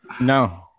No